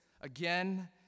again